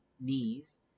knees